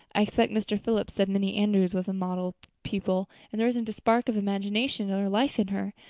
i expect. mr. phillips said minnie andrews was a model pupil and there isn't a spark of imagination or life in her.